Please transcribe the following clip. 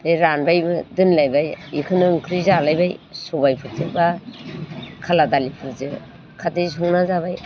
रानबायबो दोनलायबाइ बिखौनो ओंख्रि जालायबाय सबाइफोरजों बा खाला दालिफोरजों खारदै संना जाबाय